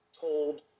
told